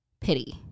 pity